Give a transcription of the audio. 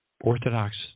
Orthodox